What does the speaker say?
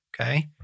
okay